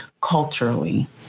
culturally